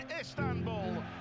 Istanbul